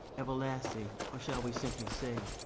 everlasting or shall we simply say,